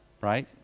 Right